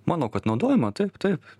manau kad naudojama taip taip